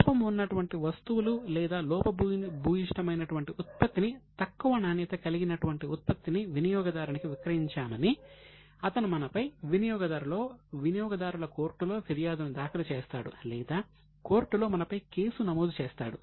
లోపం ఉన్నటువంటి వస్తువులు లేదా లోపభూయిష్టమైనటువంటి ఉత్పత్తిని తక్కువ నాణ్యత కలినటువంటి ఉత్పత్తిని వినియోగదారునికి విక్రయించామని అతను మనపై వినియోగదారుల కోర్టులో ఫిర్యాదును దాఖలు చేస్తాడు లేదా కోర్టులో మనపై కేసు నమోదు చేస్తాడు